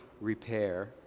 repair